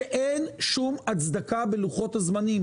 שאין שום הצדקה בלוחות הזמנים.